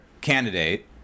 candidate